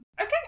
Okay